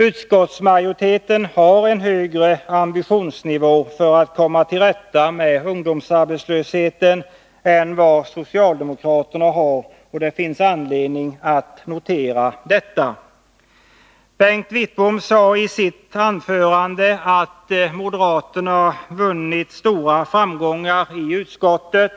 Utskottsmajoriteten har en högre ambitionsnivå för att komma till rätta med ungdomsarbetslösheten än vad socialdemokraterna har, och det finns anledning att notera detta. Bengt Wittbom sade i sitt anförande att moderaterna vunnit stora framgångar i utskottet